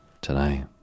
tonight